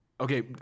Okay